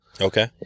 Okay